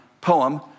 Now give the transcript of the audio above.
poem